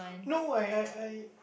no I I I